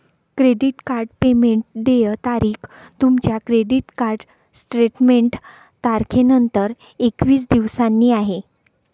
credit card payment देय तारीख तुमच्या क्रेडिट कार्ड स्टेटमेंट तारखेनंतर एकवीस दिवसांनी आहे